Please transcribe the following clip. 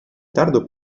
tardo